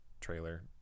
trailer